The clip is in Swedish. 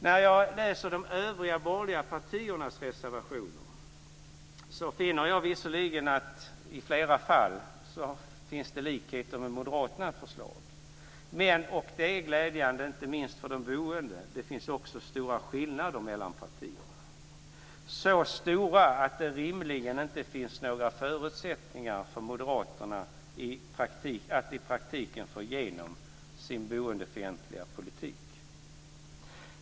När jag läser de övriga borgerliga partiernas reservationer finner jag visserligen att det i flera fall finns likheter med Moderaternas förslag, men - och det är glädjande, inte minst för de boende - det finns också stora skillnader mellan partierna. Dessa skillnader är så stora att det rimligen inte finns några förutsättningar för Moderaterna att i praktiken få igenom sin boendefientliga politik.